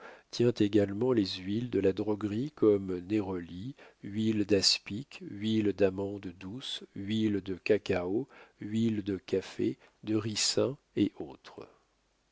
tient également les huiles de la droguerie comme néroli huile d'aspic huile d'amande douce huile de cacao huile de café de ricin et autres